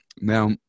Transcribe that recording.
Now